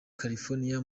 california